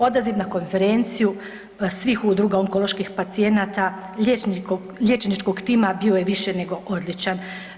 Odaziv na konferenciju svih udruga onkoloških pacijenata, liječničkog tima bio je više nego odličan.